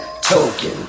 Token